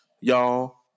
y'all